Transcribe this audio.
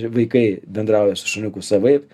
vaikai bendrauja su šuniuku savaip